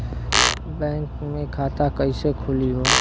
Bank मे खाता कईसे खुली हो?